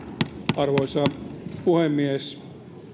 arvoisa puhemies